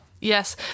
Yes